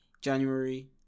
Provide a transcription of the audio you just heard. January